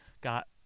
Got